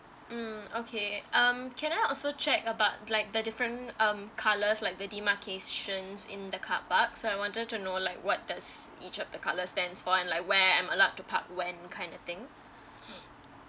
mm okay um can I also check about like the different um colours like the demarcation in the carpark so I wonder to know like what does each of the colour stands for and like where I'm allowed to park went kind of thing